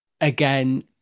again